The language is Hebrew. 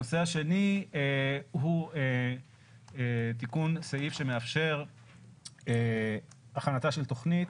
הנושא השני הוא תיקון סעיף שמאפשר הכנתה של תוכנית